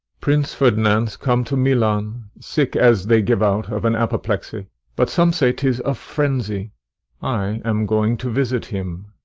prince ferdinand s come to milan, sick, as they give out, of an apoplexy but some say tis a frenzy i am going to visit him.